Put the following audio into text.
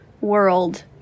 world